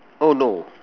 oh no